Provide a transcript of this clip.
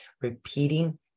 repeating